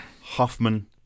Hoffman